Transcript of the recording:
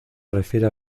refiere